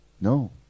no